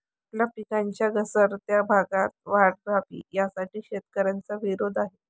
आपल्या पिकांच्या घसरत्या भावात वाढ व्हावी, यासाठी शेतकऱ्यांचा विरोध आहे